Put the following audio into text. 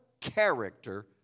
character